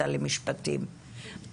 אני בת עשרים ואחת,